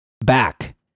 back